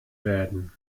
werden